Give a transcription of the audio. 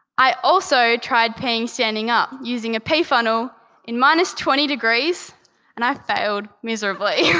i also tried peeing standing up using a pee funnel in minus twenty degrees and i failed miserably.